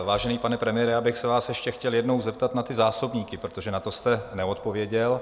Vážený pane premiére, já bych se vás ještě chtěl jednou zeptat na ty zásobníky, protože na to jste neodpověděl.